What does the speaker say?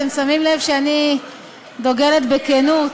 אתם שמים לב שאני דוגלת בכנות.